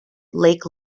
lake